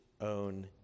own